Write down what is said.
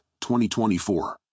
2024